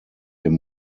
dem